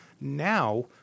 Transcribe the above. Now